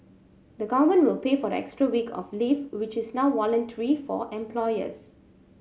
the government will pay for the extra week of leave which is now voluntary for employers